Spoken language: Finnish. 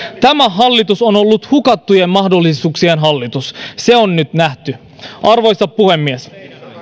tämä hallitus on ollut hukattujen mahdollisuuksien hallitus se on nyt nähty arvoisa puhemies